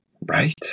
right